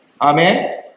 Amen